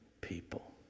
people